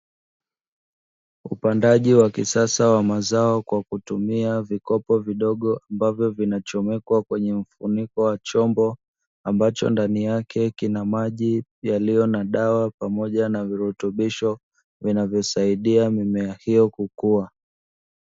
Upandaji wa kisasa wa mazao kwa kutumia vikopo vidogo ambavyo vinachomekwa kwenye mfuniko wa chombo ambacho ndani yake kina maji yaliyo na dawa pamoja na virutubisho, vinavyosaidia mimea hiyo kukua.